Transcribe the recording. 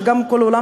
שגם כל העולם,